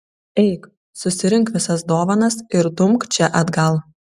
eik susirink visas dovanas ir dumk čia atgal